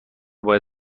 باید